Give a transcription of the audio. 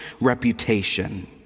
reputation